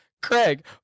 Craig